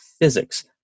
physics